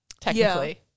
technically